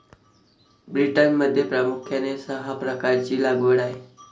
ब्रिटनमध्ये प्रामुख्याने सहा प्रकारची लागवड आहे